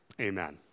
Amen